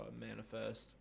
Manifest